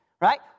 Right